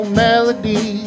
melody